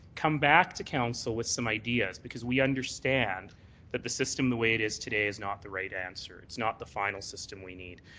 come back to council with some ideas, because we understand that the system the way it is today is not the right answer. it's not the final system we need.